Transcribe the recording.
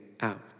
out